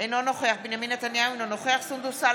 אינו נוכח בנימין נתניהו, אינו נוכח